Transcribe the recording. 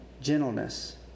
gentleness